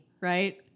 Right